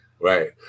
Right